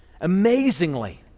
Amazingly